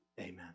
amen